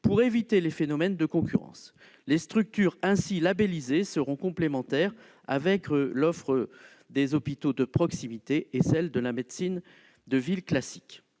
pour éviter les phénomènes de concurrence. Les structures ainsi labellisées seront complémentaires de l'offre des hôpitaux de proximité et de celle de la médecine de ville classique.